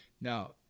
Now